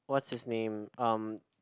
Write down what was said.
what's his name um